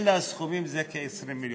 אלה הסכומים, וזה כ-20 מיליון.